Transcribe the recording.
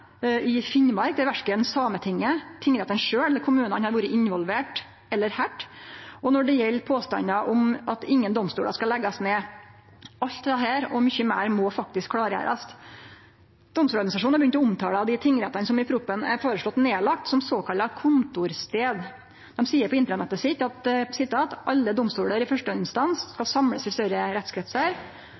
i Finnmark, der verken Sametinget, tingrettane sjølve eller kommunane har vore involverte eller høyrde, og når det gjeld påstandar om at ingen domstolar skal leggjast ned. Alt dette og mykje meir må faktisk klargjerast. Domstoladministrasjonen har begynt å omtale dei tingrettane som i proposisjonen er føreslått lagde ned, som såkalla kontorstader. Dei seier på intranettet sitt at «alle domstoler i førsteinstans skal samles i større